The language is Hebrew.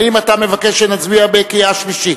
האם אתה מבקש שנצביע בקריאה שלישית?